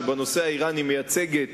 שבנושא האירני מייצגת